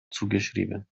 zugeschrieben